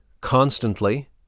constantly